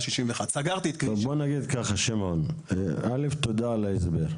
תודה על ההסבר.